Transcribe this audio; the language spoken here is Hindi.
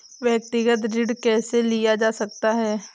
व्यक्तिगत ऋण कैसे लिया जा सकता है?